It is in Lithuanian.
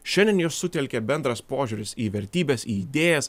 šiandien juos sutelkia bendras požiūris į vertybes į idėjas